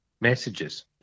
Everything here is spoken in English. messages